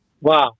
wow